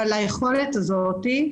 כן.